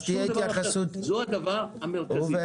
זה הדבר המרכזי.